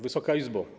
Wysoka Izbo!